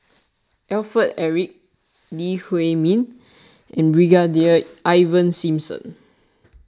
Alfred Eric Lee Huei Min and Brigadier Ivan Simson